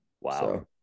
Wow